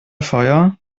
feuer